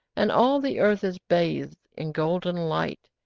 and all the earth is bathed in golden light.